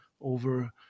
over